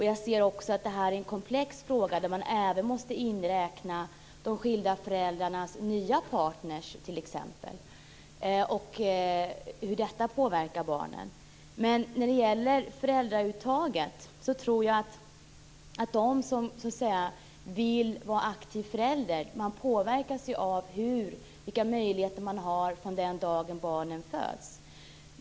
Jag ser att det är en komplex fråga där man t.ex. även måste inräkna de skilda föräldrarnas nya partner och hur detta påverkar barnen. När det gäller föräldrauttaget tror jag att de som vill vara aktiva föräldrar påverkas av vilka möjligheter man har från den dagen barnet föds.